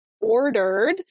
ordered